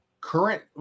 Current